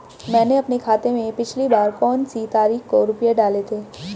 मैंने अपने खाते में पिछली बार कौनसी तारीख को रुपये डाले थे?